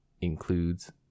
includes